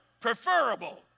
preferable